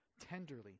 tenderly